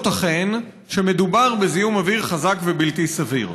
אכן שמדובר בזיהום אוויר חזק ובלתי סביר.